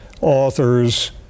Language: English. authors